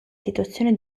situazione